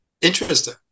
Interesting